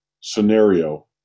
scenario